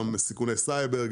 גם סיכוני סייבר,